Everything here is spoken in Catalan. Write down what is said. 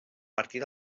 partir